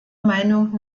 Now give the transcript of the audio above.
meinung